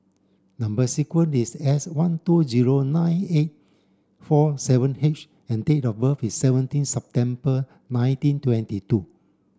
number sequence is S one two zero nine eight four seven H and date of birth is seventeen September nineteen twenty two